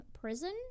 prison